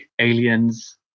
aliens